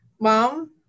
Mom